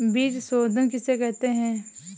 बीज शोधन किसे कहते हैं?